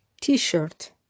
T-shirt